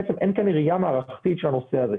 בעצם אין כאן ראייה מערכתית של הנושא הזה.